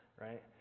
right